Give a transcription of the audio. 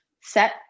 set